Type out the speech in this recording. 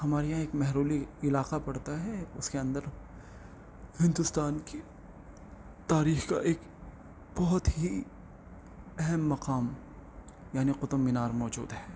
ہمارے یہاں ایک مہرولی علاقہ پڑتا ہے اس کے اندر ہندوستان کی تاریخ کا ایک بہت ہی اہم مقام یعنی قطب مینار موجود ہے